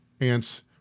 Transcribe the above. Ants